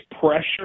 pressure